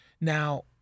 Now